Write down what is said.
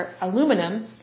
aluminum